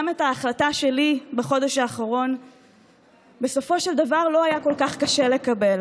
גם את ההחלטה שלי בחודש האחרון בסופו של דבר לא היה כל כך קשה לקבל,